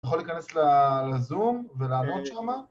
יכול להיכנס לזום ולעמוד שם